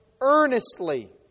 earnestly